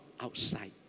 outside